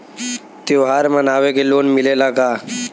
त्योहार मनावे के लोन मिलेला का?